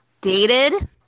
dated